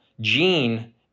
gene